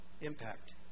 impact